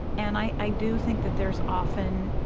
and i i do think that there is often,